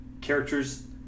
characters